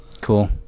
Cool